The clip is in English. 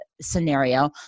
scenario